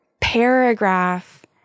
paragraph